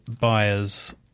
buyers